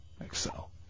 Excel